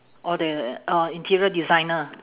or the or interior designer